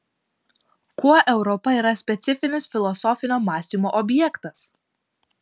kuo europa yra specifinis filosofinio mąstymo objektas